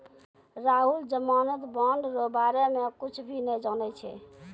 राहुल जमानत बॉन्ड रो बारे मे कुच्छ भी नै जानै छै